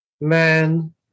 man